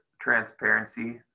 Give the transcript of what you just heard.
transparency